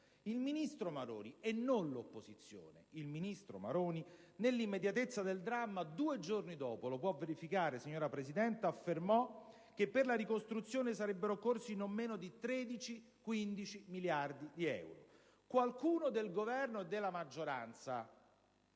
Il ministro Maroni, non l'opposizione, nell'immediatezza del dramma, due giorni dopo - lo può verificare, signora Presidente - affermò che per la ricostruzione sarebbero occorsi non meno di 13-15 miliardi di euro. Qualcuno del Governo o della maggioranza